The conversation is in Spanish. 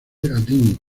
dean